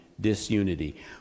disunity